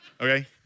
Okay